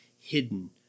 hidden